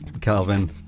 Calvin